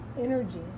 energy